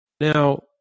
Now